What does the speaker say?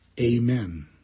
Amen